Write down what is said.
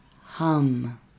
hum